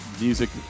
music